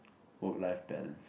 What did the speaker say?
work life balance